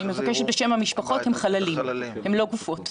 אני מבקשת בשם המשפחות הם חללים, הם לא גופות.